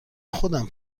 خودم